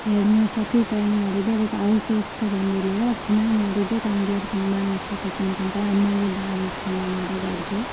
ಎರಡು ಮೂರು ಸತಿ ಟ್ರೈ ಮಾಡಿದೆ ಬಟ್ ಅವ್ರ ಟೇಸ್ಟ್ ಬಂದಿರಲಿಲ್ಲ ಬಟ್ ಚೆನ್ನಾಗ್ ಮಾಡಿದ್ದೆ ತಂಗಿಯರು ತುಂಬಾ ಇಷ್ಟಪಡ್ಕೊಂಡು ತಿಂತಾರೆ ಅಮ್ಮನಿಗೆ ಭಾಳ ಇಷ್ಟ ನಾ ಮಾಡೋದು ಅಡುಗೆ